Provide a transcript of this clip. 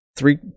three